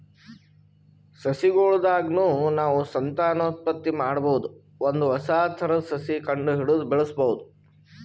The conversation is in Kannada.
ಸಸಿಗೊಳ್ ದಾಗ್ನು ನಾವ್ ಸಂತಾನೋತ್ಪತ್ತಿ ಮಾಡಬಹುದ್ ಒಂದ್ ಹೊಸ ಥರದ್ ಸಸಿ ಕಂಡಹಿಡದು ಬೆಳ್ಸಬಹುದ್